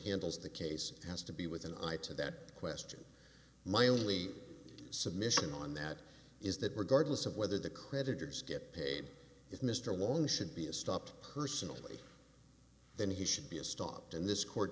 handles the case has to be with an eye to that question my only submission on that is that regardless of whether the creditors get paid if mr wong should be a stop personally then he should be a stop in this court